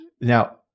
now